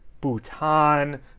Bhutan